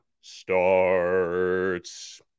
starts